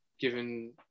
given